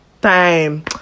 time